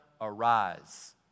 arise